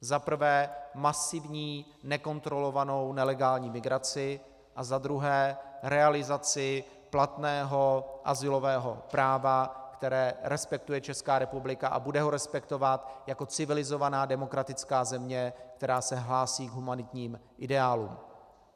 Za prvé masivní nekontrolovanou nelegální migraci a za druhé realizaci platného azylového práva, které respektuje Česká republika, a bude ho respektovat jako civilizovaná demokratická země, která se hlásí k humanitním ideálům.